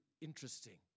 interesting